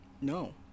no